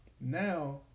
Now